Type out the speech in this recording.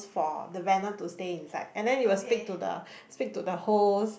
for the Venom to stay inside and then it will speak to the speak to the host